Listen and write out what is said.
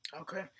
Okay